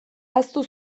ahaztu